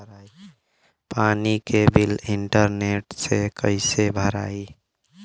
पानी के bill internet से कइसे भराई?